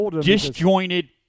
disjointed